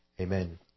Amen